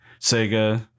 Sega